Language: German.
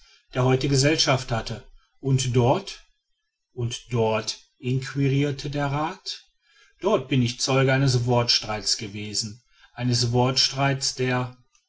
der heute gesellschaft hatte und dort und dort inquirirte der rath dort bin ich zeuge eines wortstreits gewesen eines wortstreits der